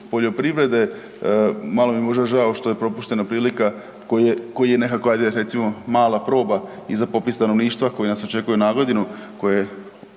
poljoprivrede, malo mi možda žao što je propuštena prilika koje, koji je nekakva ajde recimo mala proba i za popis stanovništva koji nas očekuje na godinu, koji